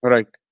Right